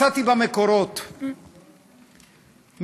מצאתי במקורות משפט,